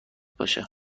باشه